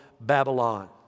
Babylon